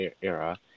era